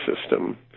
system